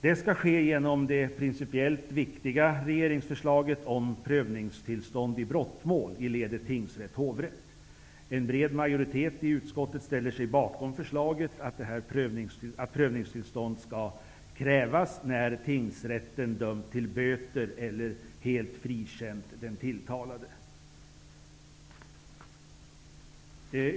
Det skall ske genom det principiellt viktiga regeringsförslaget om prövningstillstånd i brottmål i ledet tingsrätt--hovrätt. En bred majoritet i utskottet ställer sig bakom förslaget att prövningstillstånd skall krävas när tingsrätten dömt till böter eller helt frikänt den tilltalade.